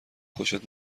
خوشت